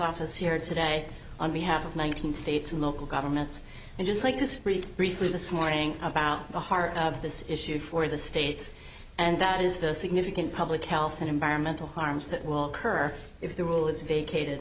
office here today on behalf of nine hundred eighty local governments and just like to speak briefly this morning about the heart of this issue for the states and that is the significant public health and environmental harms that will occur if the rule is vacated